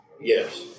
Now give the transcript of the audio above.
Yes